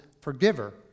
forgiver